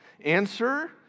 Answer